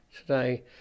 today